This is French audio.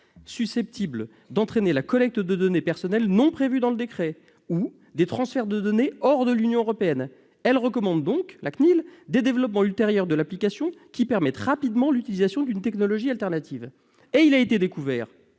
susceptible « d'entraîner la collecte de données personnelles non prévues dans le décret » ou « des transferts de données hors de l'Union européenne ». La CNIL recommande donc des développements ultérieurs de l'application qui permettent rapidement l'utilisation d'une technologie alternative. En effet, il a été découvert,